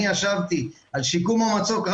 אני ישבתי על שיקום המצוק.